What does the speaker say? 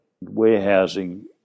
warehousing